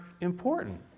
important